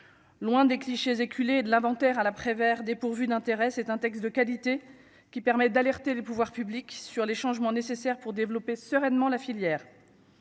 loin des clichés éculés de l'inventaire à la Prévert dépourvue d'intérêt, c'est un texte de qualité qui permettent d'alerter les pouvoirs publics sur les changements nécessaires pour développer sereinement la filière